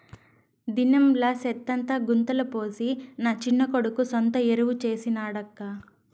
దినంలా సెత్తంతా గుంతల పోసి నా చిన్న కొడుకు సొంత ఎరువు చేసి నాడక్కా